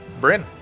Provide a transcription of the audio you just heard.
Bryn